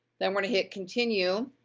then, we're gonna hit continue.